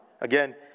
Again